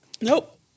Nope